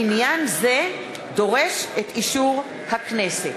עניין זה דורש את אישור הכנסת.